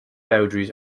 boundaries